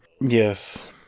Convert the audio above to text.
Yes